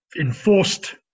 enforced